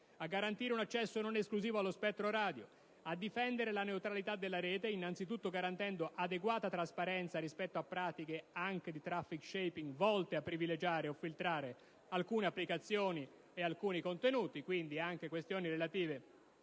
di garantire un accesso non esclusivo allo spettro radio; di difendere la neutralità della rete, innanzitutto garantendo adeguata trasparenza anche rispetto a pratiche di *traffic shaping* volte a privilegiare o a filtrare alcune applicazioni e contenuti (quindi anche questioni relative